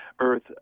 earth